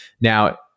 now